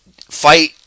fight